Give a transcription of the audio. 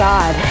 God